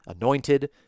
anointed